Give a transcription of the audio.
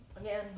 again